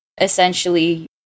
essentially